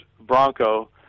Bronco